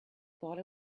thought